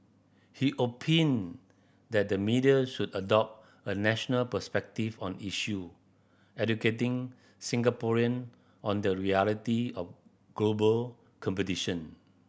he opined that the media should adopt a national perspective on issue educating Singaporean on the reality of global competition